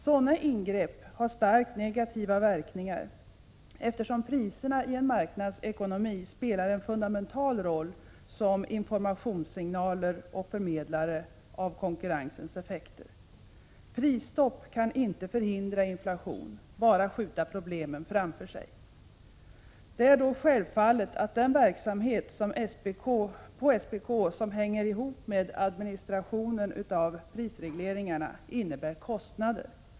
Sådana ingrepp har starkt negativa verkningar, eftersom priserna i en marknadsekonomi spelar en fundamental roll som informationssignaler och förmedlare av konkurrensens effekter. Prisstopp kan inte förhindra inflation — bara skjuta problemen framför sig. Det är då självklart att den verksamhet på SPK som hänger ihop med administrationen av prisregleringarna innebär kostnader.